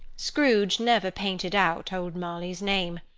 scrooge never painted out old marley's name.